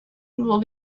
will